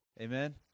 Amen